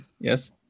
Yes